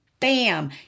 bam